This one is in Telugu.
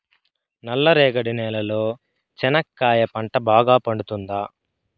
నల్ల రేగడి నేలలో చెనక్కాయ పంట బాగా పండుతుందా?